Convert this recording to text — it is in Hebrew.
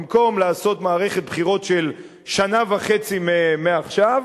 במקום לעשות מערכת בחירות של שנה וחצי מעכשיו,